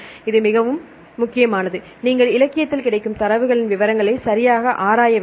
இது மிகவும் முக்கியமானது நீங்கள் இலக்கியத்தில் கிடைக்கும் தரவுகளின் விவரங்களை சரியாக ஆராய வேண்டும்